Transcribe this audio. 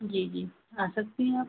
जी जी आ सकती हैं आप